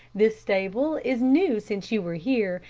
this stable is new since you were here,